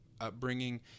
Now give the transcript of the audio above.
upbringing